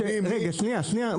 רגע, שנייה, שנייה.